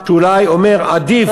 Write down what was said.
שאולי אומר עדיף,